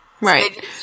Right